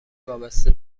وابسته